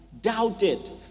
doubted